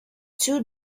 two